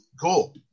Cool